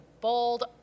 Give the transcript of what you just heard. bold